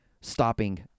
stopping